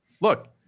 Look